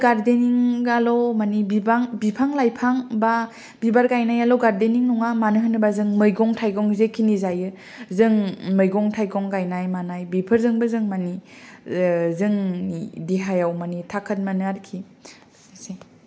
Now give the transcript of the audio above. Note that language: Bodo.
आरो गारदेनिं आल' मानि बिबां बिफां लाइफां बा बिबार गायनायाल' गारदेनिं नङा मानो होनबा जों मैगं थाइगं जेखिनि जायो जों मैगं थाइगं गाइनाय मानाय बेफोरजोंबो जों मानि जोंनि देहायाव मानि थाखोद मोनो आरोखि